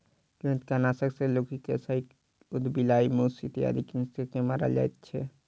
कृंतकनाशक सॅ लुक्खी, साही, उदबिलाइ, मूस इत्यादि कृंतक के मारल जाइत छै